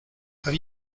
have